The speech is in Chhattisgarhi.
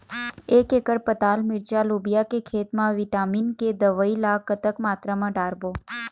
एक एकड़ पताल मिरचा लोबिया के खेत मा विटामिन के दवई ला कतक मात्रा म डारबो?